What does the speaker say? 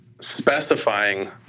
specifying